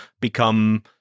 become